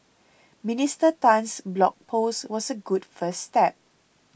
Minister Tan's blog post was a good first step